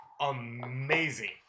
amazing